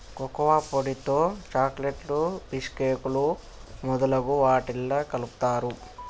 cocoa పొడితో చాకోలెట్లు బీషుకేకులు మొదలగు వాట్లల్లా కలుపుతారు